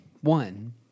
One